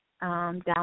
down